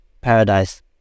paradise